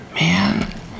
Man